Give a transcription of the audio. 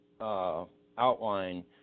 outline